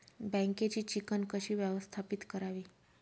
बँकेची चिकण कशी व्यवस्थापित करावी?